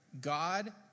God